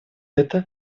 это